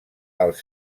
els